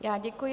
Já děkuji.